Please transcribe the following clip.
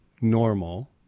normal